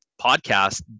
podcast